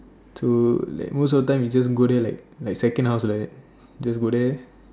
so like most of the time you just go here like second half like that you just go there